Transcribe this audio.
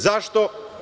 Zašto?